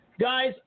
Guys